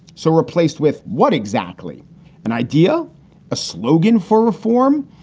so replaced with what exactly an ideal slogan for reform.